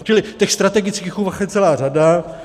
Čili těch strategických úvah je celá řada.